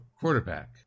quarterback